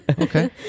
Okay